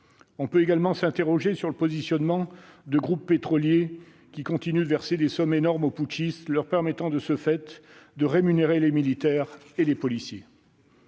On peut également s'interroger sur le positionnement de groupes pétroliers qui continuent de verser des sommes énormes aux putschistes, permettant de ce fait à ces derniers de rémunérer les militaires et les policiers.